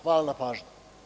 Hvala na pažnji.